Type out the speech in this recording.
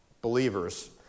believers